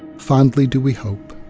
fondly do we hope,